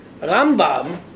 Rambam